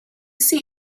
see